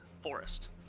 forest